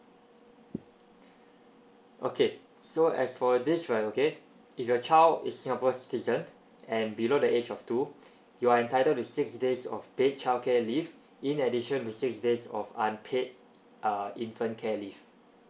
okay so as for this right okay if your child is singapore citizen and below the age of two you are entitled to six days of paid childcare leave in addition to six days of unpaid ah infant care leave